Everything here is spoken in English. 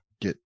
get